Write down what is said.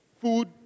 Food